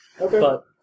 Okay